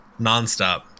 nonstop